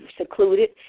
secluded